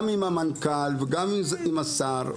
עם המנכ"ל ועם השר,